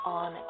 on